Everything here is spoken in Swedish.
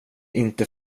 inte